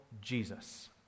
Jesus